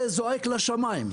זה זועק לשמיים.